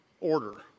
order